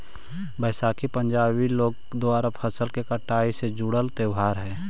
बैसाखी पंजाबी लोग द्वारा फसल के कटाई से जुड़ल त्योहार हइ